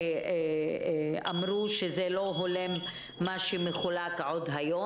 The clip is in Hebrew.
שאמרו שמה שמחולק לא הולם.